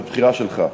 זו בחירה שלך,